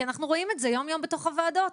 אנחנו רואים את זה כל יום בתוך הוועדות.